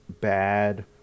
bad